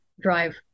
drive